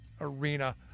arena